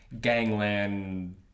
gangland